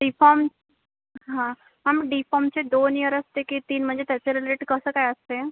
D form हां ma'am D फॉमचे दोन इयर असते की तीन म्हणजे त्याच्या रिलेट कसं काय असतेय